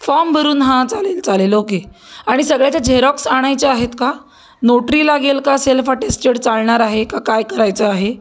form भरून हां चालेल चालेल ओके आणि सगळ्याच्या झेरॉक्स आणायच्या आहेत का नोटरी लागेल का सेल्फ अटेस्टेड चालणार आहे काय करायचं आहे